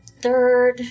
third